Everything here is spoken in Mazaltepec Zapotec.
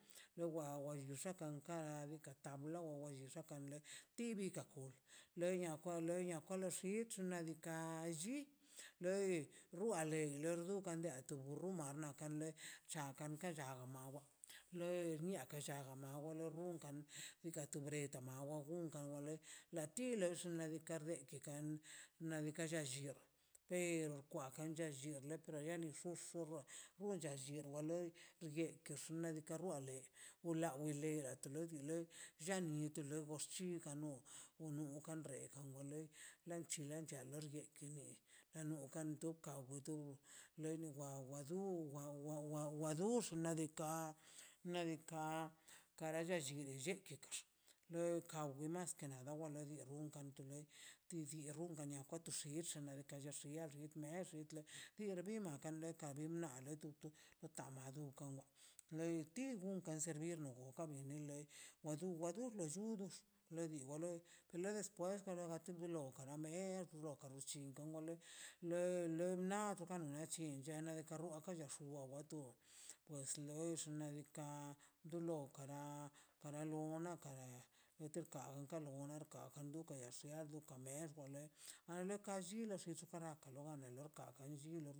Ni wa wai xaka to kara bikata bu loi lli nilla kan lei ti bi ka kor loia loia kwa loi naxidch nadika anlli goi rruale ron dukan lei tubu rruma xnaꞌ kan le chakan ka cha mawa le xniaka lla ka mawa rrunkan diikaꞌ na tu dreta mawa gunkan wale la ti le xnaꞌ diikaꞌ na di bian lla lleb pero kwa kan lla le llilo pero llana llu lluxua fun lla chie lo loi rieki xnaꞌ diikaꞌ o a le or la li le la na tu llani ni tu legars shi ganox ono kan reekan no wale la lchi lentia nox yekini na no ka wito du neli wawa du wawa wa wa dux xnaꞌ diikaꞌ nadika kara lle llini lle ke kax new ka kawe naxi dawen liax unkan kileb ti ti dom rrum kato txixi xnaꞌ diikaꞌ nax sia mell bira na bira kan leka umnale tu no tamadu lei ti gun ganser guni kan bene lei wadu wa du xllu dux leidi wa lo pele despues kan ga chunda lo naa medo kara chllin gawele le le nado gano na chi llene de karruake wawa tu pues lu xnaꞌ diikaꞌ dolo kara para no la kan kalor kan du kas ke hablo kamejo an nuka nanlli shis karar ka kar lli.